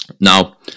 Now